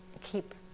keep